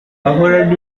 ahorana